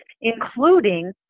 including